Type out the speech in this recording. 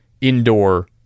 indoor